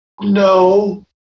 no